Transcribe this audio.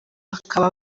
akaba